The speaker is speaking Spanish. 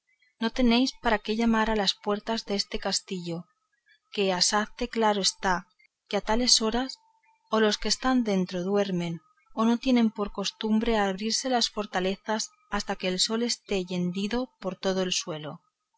no tenéis para qué llamar a las puertas deste castillo que asaz de claro está que a tales horas o los que están dentro duermen o no tienen por costumbre de abrirse las fortalezas hasta que el sol esté tendido por todo el suelo